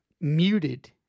muted